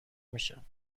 میشم